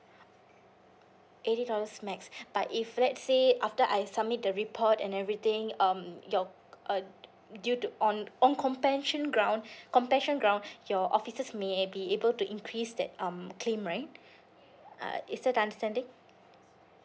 eighty dollars max but if let's say after I submit the report and everything um your uh due to on on compassion ground compassion ground your officers may be able to increase that um claim right uh is that the understanding